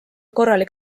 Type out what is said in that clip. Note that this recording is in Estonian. korralik